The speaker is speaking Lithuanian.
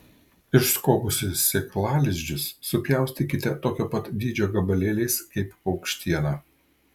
išskobusi sėklalizdžius supjaustykite tokio pat dydžio gabalėliais kaip paukštieną